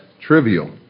trivial